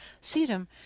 Sedum